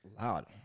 loud